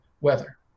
weather